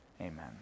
Amen